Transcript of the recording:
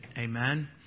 Amen